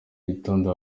gitondo